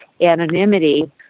anonymity